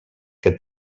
que